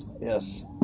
Yes